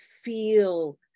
feel